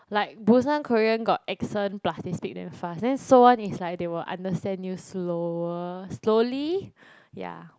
like Busan Korean got accent plus they speak damn fast then Seoul [one] is like they will understand you slower slowly ya